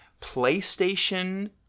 PlayStation